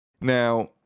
Now